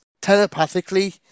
telepathically